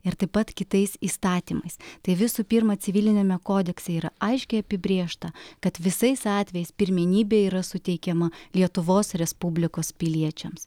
ir taip pat kitais įstatymais tai visų pirma civiliniame kodekse yra aiškiai apibrėžta kad visais atvejais pirmenybė yra suteikiama lietuvos respublikos piliečiams